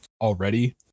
already